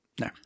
No